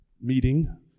meeting